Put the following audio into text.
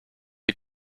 die